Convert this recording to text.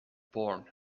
born